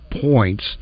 points